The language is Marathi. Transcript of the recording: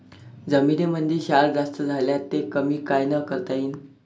जमीनीमंदी क्षार जास्त झाल्यास ते कमी कायनं करता येईन?